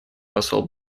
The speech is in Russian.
посол